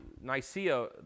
Nicaea